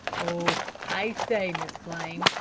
oh, i say, miss flame,